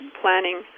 planning